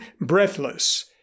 breathless